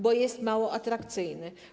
Bo jest mało atrakcyjny.